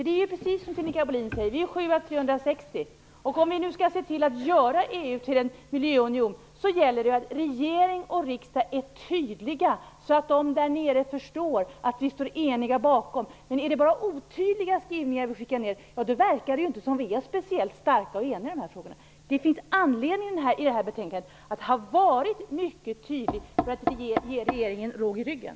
Det är precis som Sinikka Bohlin säger: Vi är 9 miljoner av 360, och om vi nu skall se till att göra EU till en miljöunion gäller det att regering och riksdag är så tydliga att de där nere förstår att vi står eniga bakom. Är det bara otydliga skrivningar vi skickar ned verkar det inte som om vi är speciellt starka och eniga i de här frågorna. Det hade funnits anledning att vara mycket tydlig i det här betänkandet för att ge regeringen råg i ryggen.